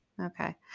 Okay